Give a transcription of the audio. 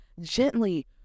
gently